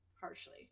harshly